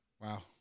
Wow